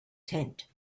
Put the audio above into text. tent